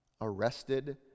arrested